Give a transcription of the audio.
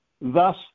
thus